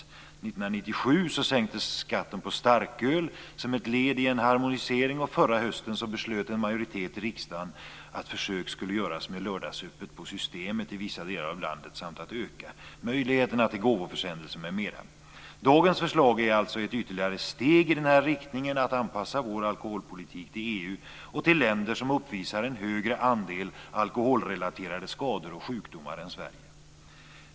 1997 sänktes skatten på starköl som ett led i en harmonisering, och förra hösten beslöt en majoritet i riksdagen att försök skulle göras med lördagsöppet på Systemet i vissa delar av landet samt öka möjligheterna till gåvoförsändelser m.m. Dagens förslag är alltså ett ytterligare steg i denna riktning att anpassa vår alkoholpolitik till EU och till länder som uppvisar en högre andel alkoholrelaterade skador och sjukdomar än Sverige.